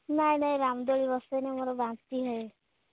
ନାଇଁ ନାଇଁ ରାମଦୋଳି ବସେନି ମୋର ବାନ୍ତି ହୁଏ